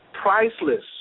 priceless